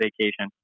vacation